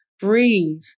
breathe